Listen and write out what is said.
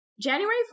January